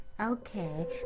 Okay